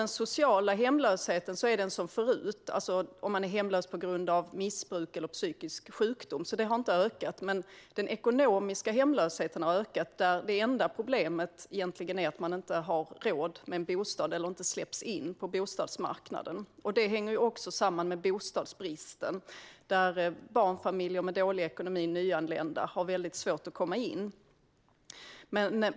Den sociala hemlösheten, det vill säga hemlöshet på grund av missbruk eller psykisk sjukdom, är som förut och har inte ökat. Men den ekonomiska hemlösheten har ökat. Där är det enda problemet egentligen att man inte har råd med en bostad eller inte släpps in på bostadsmarknaden. Det hänger också samman med bostadsbristen. Barnfamiljer med dålig ekonomi och nyanlända har väldigt svårt att komma in.